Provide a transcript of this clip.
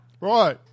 Right